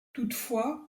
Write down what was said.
toutefois